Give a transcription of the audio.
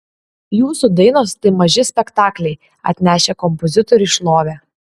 jūsų dainos tai maži spektakliai atnešę kompozitoriui šlovę